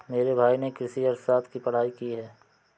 मेरे भाई ने कृषि अर्थशास्त्र की पढ़ाई की है